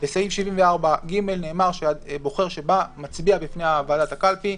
בסעיף 74(ג) נאמר שבוחר שמצביע בפני ועדת הקלפי,